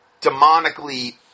demonically